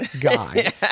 guy